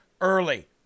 Early